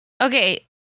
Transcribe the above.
Okay